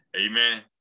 Amen